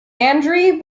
andrey